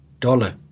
dollar